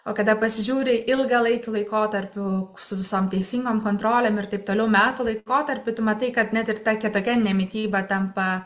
o kada pasižiūri ilgalaikiu laikotarpiu su visom teisingom kontrolėm ir taip toliau metų laikotarpy tu matai kad net ir ta kitokia mityba tampa